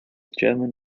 german